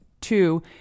Two